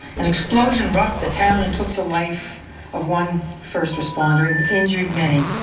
an explosion rocked the town and took the life of one first responder and injured many,